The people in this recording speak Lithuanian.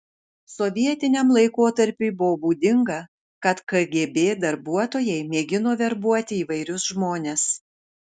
sovietiniam laikotarpiui buvo būdinga kad kgb darbuotojai mėgino verbuoti įvairius žmones